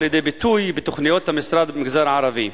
לידי ביטוי בתוכניות המשרד במגזר הערבי?